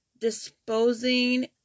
disposing